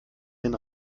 den